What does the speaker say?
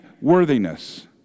worthiness